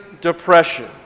depression